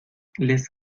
les